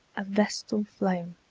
a vestal flame,